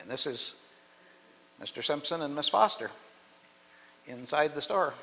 and this is mr simpson and miss foster inside the store